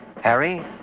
Harry